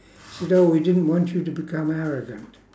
said oh we didn't want you to become arrogant